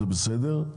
זה בסדר,